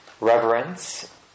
reverence